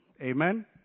Amen